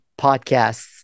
podcasts